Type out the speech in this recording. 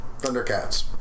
Thundercats